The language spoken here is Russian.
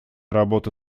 работа